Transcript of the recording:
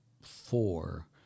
four